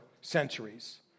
centuries